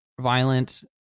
violent